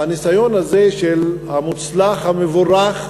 הניסיון הזה המוצלח, המבורך,